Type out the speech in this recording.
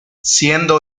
siendo